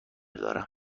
دارم